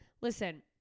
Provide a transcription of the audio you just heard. Listen